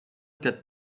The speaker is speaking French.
quatre